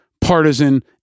partisan